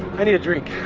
i need a drink!